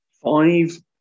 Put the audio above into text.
five